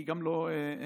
היא גם לא יכולה,